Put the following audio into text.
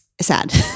sad